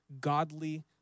godly